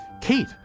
Kate